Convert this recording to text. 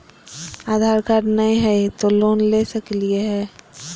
आधार card नही हय, तो लोन ले सकलिये है?